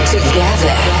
Together